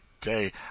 day